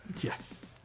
Yes